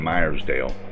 Myersdale